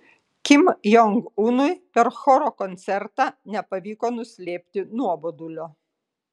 kim jong unui per choro koncertą nepavyko nuslėpti nuobodulio